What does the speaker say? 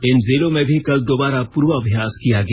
इन जिलों में भी कल दोबारा पूर्वाभ्यास किया गया